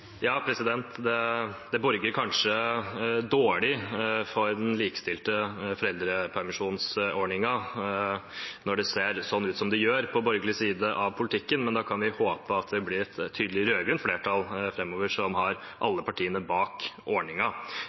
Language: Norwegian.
Det borger kanskje dårlig for den likestilte foreldrepermisjonsordningen når det ser ut som det gjør på borgerlig side av politikken. Men vi kan håpe at det blir et tydelig rød-grønt flertall framover som har alle partiene bak